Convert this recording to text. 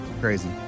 Crazy